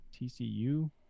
TCU